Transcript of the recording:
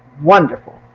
wonderful.